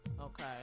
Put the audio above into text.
Okay